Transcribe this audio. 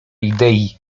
idei